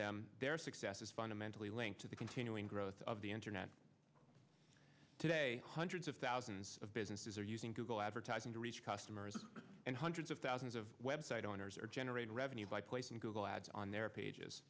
them their success is fundamentally linked to the continuing growth of the internet today hundreds of thousands of businesses are using google advertising to reach customers and hundreds of thousands of web site owners are generating revenue by placing google ads on their pages